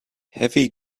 heavy